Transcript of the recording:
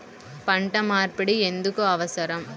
పంట మార్పిడి ఎందుకు అవసరం?